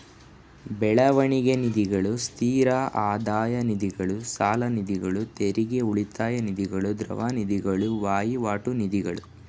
ಬೆಳವಣಿಗೆ ನಿಧಿಗಳು, ಸ್ಥಿರ ಆದಾಯ ನಿಧಿಗಳು, ಸಾಲನಿಧಿಗಳು, ತೆರಿಗೆ ಉಳಿತಾಯ ನಿಧಿಗಳು, ದ್ರವ ನಿಧಿಗಳು, ವಹಿವಾಟು ನಿಧಿಗಳು